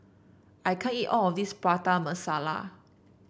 I can't eat all of this Prata Masala